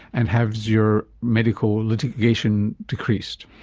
and has your medical litigation decreased?